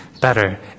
better